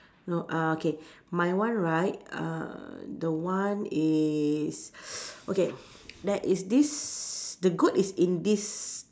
no uh okay my one right err the one is s~ okay there is this the goat is in this